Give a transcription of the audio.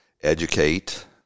educate